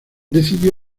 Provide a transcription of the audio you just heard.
decidió